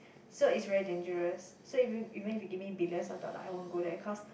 so it's very dangerous so if you even if you give me billions of dollar I won't go there cause